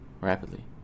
rapidly